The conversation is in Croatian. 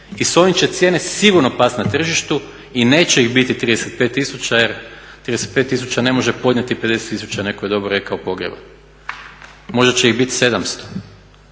i s ovim će cijene sigurno past na tržištu i neće ih biti 35 000 jer 35 000 ne može podnijeti 50 000, netko je dobro rekao, pogreba. Možda će ih biti 700